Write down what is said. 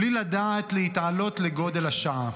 בלי לדעת להתעלות לגודל השעה.